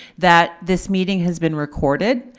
that this meeting has been recorded.